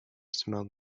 smelled